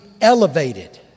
elevated